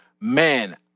man